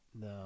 No